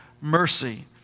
mercy